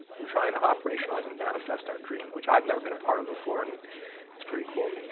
we're trying to operationalize and manifest our dream, which i've never been a part of before and it's pretty cool.